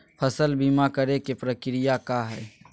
फसल बीमा करे के प्रक्रिया का हई?